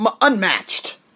unmatched